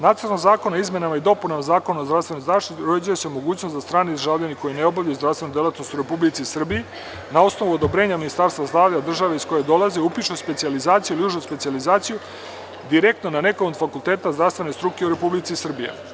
Nacrt zakona o izmenama i dopunama Zakona o zdravstvenoj zaštiti određuje mogućnost da strani državljani koji ne obavljaju zdravstvenu delatnost u Republici Srbiji, na osnovu odobrenja Ministarstva zdravlja države iz koje dolaze upišu specijalizaciju i užu specijalizaciju direktno na nekom od fakulteta zdravstvene struke u Republici Srbije.